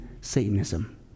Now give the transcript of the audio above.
Satanism